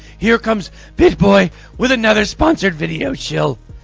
here comes bitboy with another sponsored video shill.